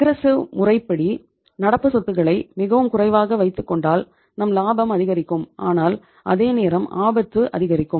aggressive முறைப்படி நடப்பு சொத்துக்களை மிகவும் குறைவாக வைத்துக் கொண்டால் நம் லாபம் அதிகரிக்கும் ஆனால் அதே நேரம் ஆபத்தும் அதிகரிக்கும்